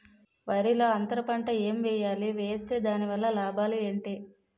వరిలో అంతర పంట ఎం వేయాలి? వేస్తే దాని వల్ల లాభాలు ఏంటి?